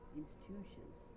institutions